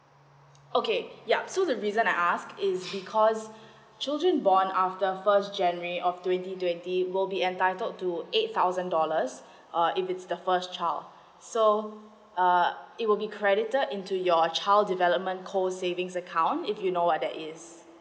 okay ya so the reason I ask is because children born after first january of twenty twenty will be entitled to eight thousand dollars err if it's the first child so uh it will be credited into your child development co savings account if you know what that is